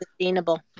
sustainable